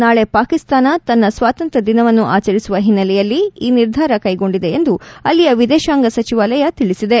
ನಾಳೆ ಪಾಕಿಸ್ತಾನ ತನ್ನ ಸ್ವತಂತ್ರ್ಯ ದಿನವನ್ನು ಆಚರಿಸುವ ಹಿನ್ನೆಲೆಯಲ್ಲಿ ಈ ನಿರ್ಧಾರ ಕೈಗೊಂಡಿದೆ ಎಂದು ಅಲ್ಲಿಯ ವಿದೇಶಾಂಗ ಸಚಿವಾಲಯ ತಿಳಿಸಿದೆ